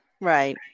Right